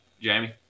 Jamie